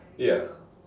ya